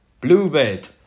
bluebird